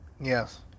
yes